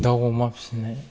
दाउ अमा फिसिनाय